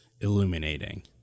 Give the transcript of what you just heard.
illuminating